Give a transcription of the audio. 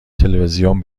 تلویزیون